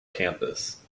campus